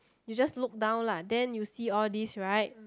you just look down lah then you see all these right